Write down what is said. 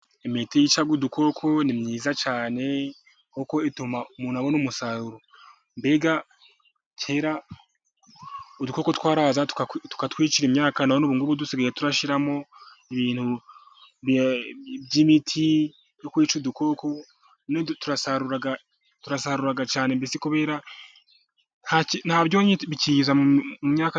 Imiti yica udukoko ni myiza cyane, kuko ituma umuntu abona umusaruro. Mbega kera, udukoko twarazaga tukatwicira imyaka. None ubu ngubu dusigaye turashyiramo ibintu by'imiti byo kwica udukoko, none turasarura cyane mbese kubera nta byonnyi bikiza mu myaka.